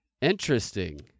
Interesting